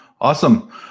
Awesome